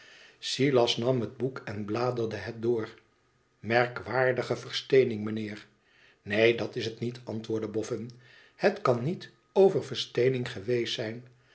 silas nam het boek en bladerde het door merkwaardige versteening mijnheer neen dat is het niet antwoordde boffin hetkanniet over versteening geweest zijn